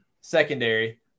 secondary